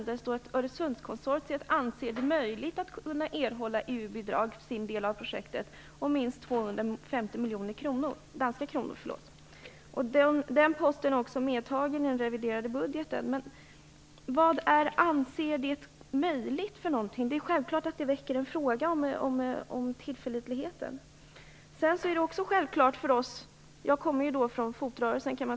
Det står att Öresundskonsortiet anser det möjligt att kunna erhålla EU-bidrag om minst 250 miljoner danska kronor för sin del av projektet. Den posten finns också med i den reviderade budgeten. Vad innebär "anser det möjligt"? Det är självklart att formuleringen väcker en fråga om tillförlitligheten.